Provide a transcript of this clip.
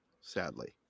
sadly